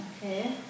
okay